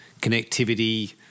connectivity